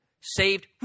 saved